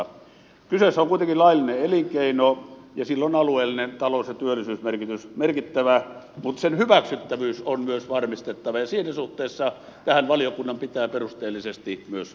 kyseessä on kuitenkin laillinen elinkeino ja sillä on alueellinen talous ja työllisyysmerkitys merkittävä mutta sen hyväksyttävyys on myös varmistettava ja siinä suhteessa tähän valiokunnan pitää perusteellisesti myös paneutua